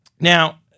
Now